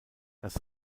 das